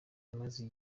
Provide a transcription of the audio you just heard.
imaze